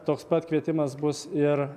toks pat kvietimas bus ir